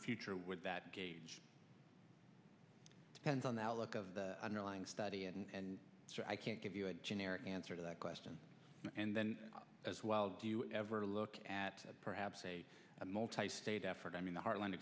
the future with that gauge depends on the look of the underlying study and so i can't give you a generic answer to that question and then as well do you ever look at perhaps a multi state effort i mean the heartland